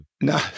No